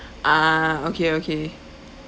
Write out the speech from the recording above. ah okay okay